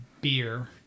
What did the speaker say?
beer